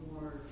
more